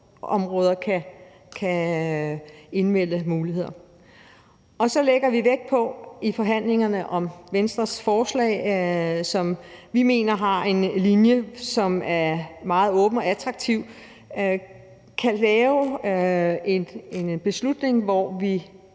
velfærdsområder kan indmelde muligheder. Og så lægger vi vægt på i forhandlingerne om Venstres forslag, som vi mener har en linje, som er meget åben og attraktiv, at vi kan lave et beslutningsgrundlag, hvor vi